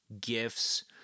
gifts